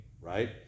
right